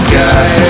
guy